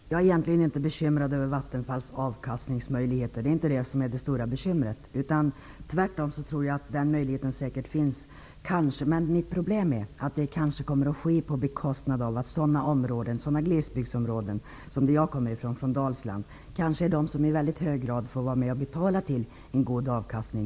Herr talman! Jag är egentligen inte bekymrad över Vattenfalls avkastningsmöjligheter. De möjligheterna finns säkert. Mitt problem är att det kanske kommer att ske på bekostnad av att glesbygdsområden liknande det som jag kommer från i Dalsland kanske i väldigt hög grad får vara med och bidra till en god avkastning.